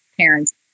parents